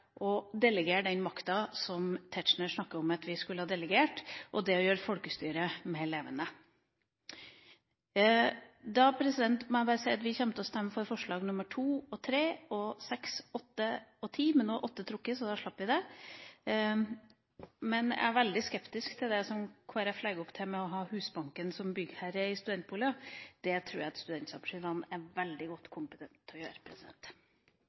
delegere den makta som Tetzschner snakker om at vi skulle ha delegert, og å gjøre folkestyret mer levende. Jeg må bare si at vi kommer til å stemme for forslagene nr. 2, 3, 6, 8 og 10. Men forslag nr. 8 er trukket, så da slipper vi det. Jeg er veldig skeptisk til det som Kristelig Folkeparti legger opp til, å ha Husbanken som byggherre for studentboliger. Det tror jeg at studentsamskipnadene er godt kompetente til å gjøre.